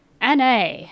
na